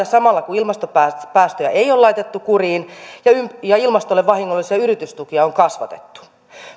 samalla kun ilmastopäästöjä ei ole laitettu kuriin ja ja ilmastolle vahingollisia yritystukia on kasvatettu